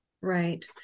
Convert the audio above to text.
Right